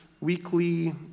weekly